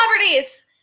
Celebrities